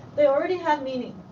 they already have meaning.